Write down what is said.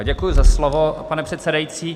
Děkuji za slovo, pane předsedající.